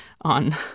on